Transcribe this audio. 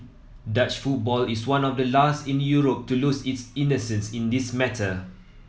Dutch football is one of the last in Europe to lose its innocence in this matter